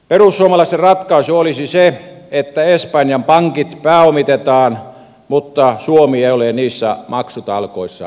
perussuomalaisten ratkaisu olisi se että espanjan pankit pääomitetaan mutta suomi ei ole niissä maksutalkoissa mukana